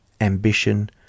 ambition